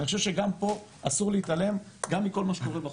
אני חושב שגם פה אסור להתעלם גם מכל מה שקורה בחוץ,